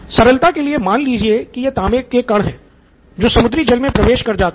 सरलता के लिए मान लीजिये कि ये तांबे के कण हैं जो समुद्री जल में प्रवेश कर जाते हैं